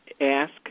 Ask